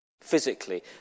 physically